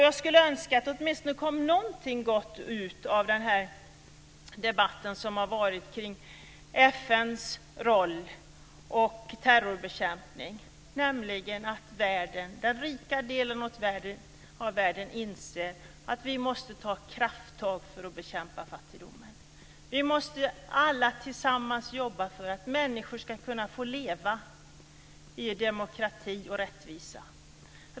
Jag skulle önska att det åtminstone kom någonting gott ut av debatten som har varit om FN:s roll och terrorbekämpning, nämligen att den rika delen av världen inser att vi måste ta krafttag för att bekämpa fattigdomen. Vi måste alla tillsammans jobba för att människor ska kunna få leva i demokrati och rättvisa.